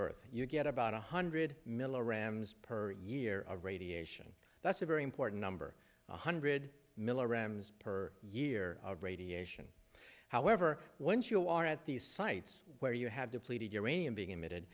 earth you get about one hundred milligrams per year of radiation that's a very important number one hundred milligrams per year of radiation however once you are at these sites where you have depleted uranium being emitted